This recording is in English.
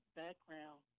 background